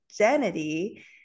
identity